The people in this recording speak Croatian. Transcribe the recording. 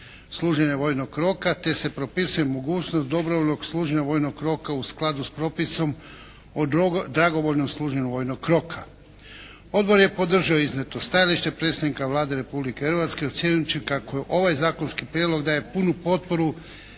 služenje vojnog roka, te se propisuje mogućnost dobrovoljnog služenja vojnog roka u skladu s propisom o dragovoljnom služenju vojnog roka. Odbor je podržao iznijeto stajalište predsjednika Vlade Republike Hrvatske ocjenjujući kako ovaj zakonski prijedlog daje punu potporu